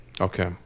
Okay